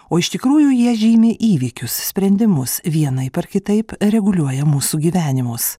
o iš tikrųjų jie žymi įvykius sprendimus vienaip ar kitaip reguliuoja mūsų gyvenimus